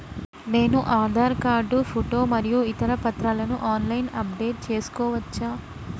నేను Aadhaar card photo మరియు ఇతర పత్రాలను ఆన్ లైన్ అప్ డెట్ చేసుకోవచ్చా?